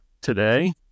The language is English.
Today